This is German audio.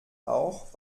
auch